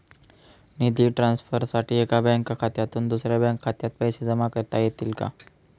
निधी ट्रान्सफरसाठी एका बँक खात्यातून दुसऱ्या बँक खात्यात पैसे जमा करता येतील का?